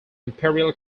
imperial